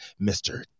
Mr